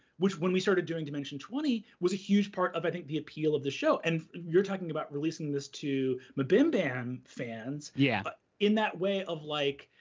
which when we started doing dimension twenty was a huge part of, i think, the appeal of the show. and you're talking about releasing this to mbmbam mbmbam fans, yeah but in that way of like,